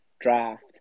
draft